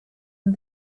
and